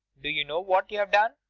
do you know what you've done?